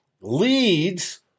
leads